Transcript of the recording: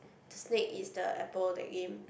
the snake is the apple that game